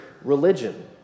Religion